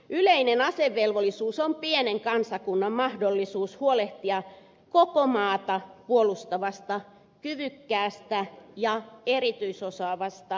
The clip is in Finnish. yleinen asevelvollisuus on pienen kansakunnan mahdollisuus huolehtia koko maata puolustavasta kyvykkäästä ja erityisosaavasta reservistä